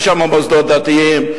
יש שם מוסדות דתיים.